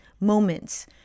moments